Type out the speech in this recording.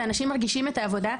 ואנשים מרגישים את העבודה,